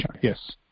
Yes